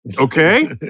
Okay